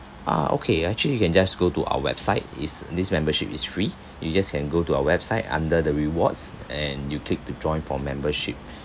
ah okay actually you can just go to our website is this membership is free you just can go to our website under the rewards and you click to join for membership